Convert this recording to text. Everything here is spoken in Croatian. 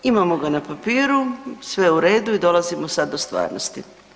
Imamo ga na papiru, sve u redu i dolazimo sad do stvarnosti.